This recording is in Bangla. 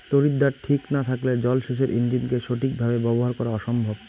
তড়িৎদ্বার ঠিক না থাকলে জল সেচের ইণ্জিনকে সঠিক ভাবে ব্যবহার করা অসম্ভব